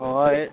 ᱦᱳᱭ